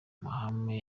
mahame